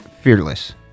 Fearless